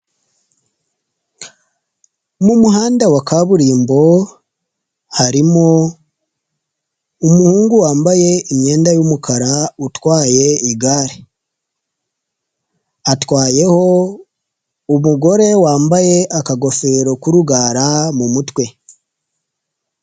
Mu muhanda wa kaburimbo harimo umuhungu wambaye imyenda y'umukara utwaye igare. Atwayeho umugore wambaye akagofero kurugara mumutwe.